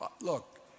look